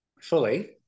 fully